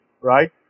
right